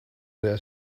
their